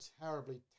terribly